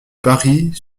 paris